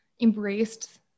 embraced